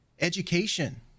education